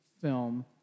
film